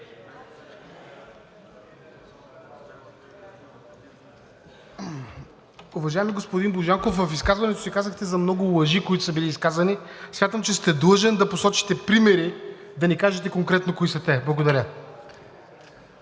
Уважаеми господин Божанков, в изказването си казахте за много лъжи, които са били изказани. Смятам, че сте длъжен да посочите примери, да ни кажете конкретно кои са те. Благодаря.